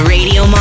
Radio